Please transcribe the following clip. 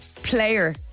player